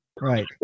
right